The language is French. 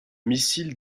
missile